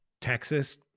Texas